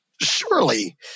Surely